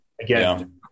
again